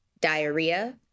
diarrhea